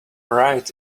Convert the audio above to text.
right